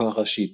קופה ראשית